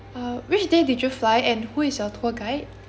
uh which day did you fly and who is your tour guide